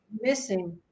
missing